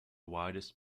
widest